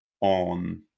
on